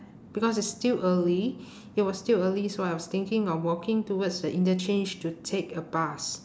because it's still early it was still early so I was thinking of walking towards the interchange to take a bus